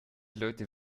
leute